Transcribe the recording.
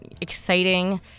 exciting